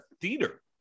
theater